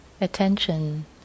attention